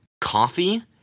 coffee